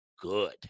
good